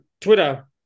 Twitter